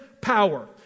power